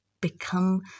become